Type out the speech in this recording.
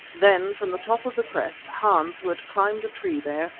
then from the top of the crest, hans, who had climbed a tree there,